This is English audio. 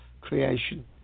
creation